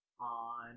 on